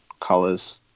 colors